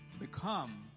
become